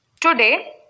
Today